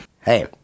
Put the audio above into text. hey